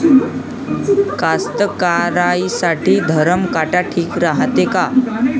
कास्तकाराइसाठी धरम काटा ठीक रायते का?